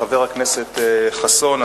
חבר הכנסת חסון,